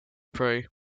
prey